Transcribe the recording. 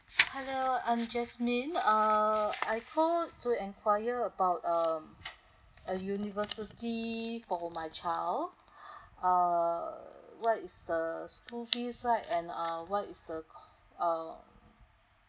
hello I'm jasmine uh I called to enquire about um a university for my child uh what is the school fees like and uh what is the uh